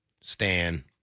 Stan